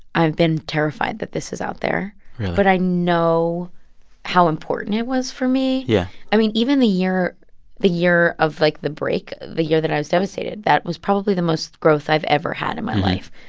i've been terrified that this is out there really but i know how important it was for me yeah i mean, even the year the year of, like, the break the year that i was devastated, that was probably the most growth i've ever had in my life.